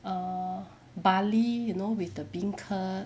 err barley you know with the beancurd